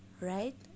Right